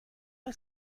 not